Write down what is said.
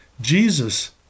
jesus